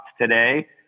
today